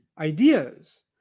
ideas